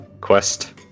Quest